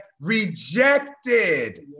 rejected